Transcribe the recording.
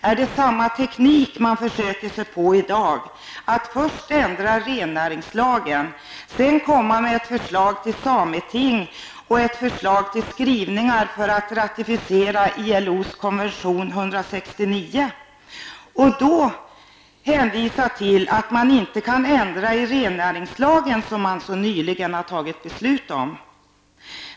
Är det samma teknik man försöker sig på i dag att man först ändrar i rennäringslagen och sedan kommer med ett förslag till sameting och ett förslag till skrivningar för att ratificera ILOs konvention 169, för att slutligen hänvisa till att man inte kan ändra i rennäringslagen som man nyligen har tagit beslut om?